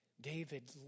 David